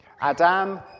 Adam